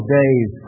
days